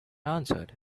answered